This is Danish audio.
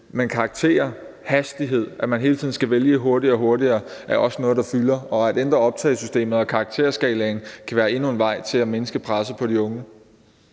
Men karakterer og hastighed, at man hele tiden skal vælge hurtigere og hurtigere, er også noget, der fylder, og at ændre optagelsessystemet og karakterskalaen kan være endnu en vej til at mindske presset på de unge.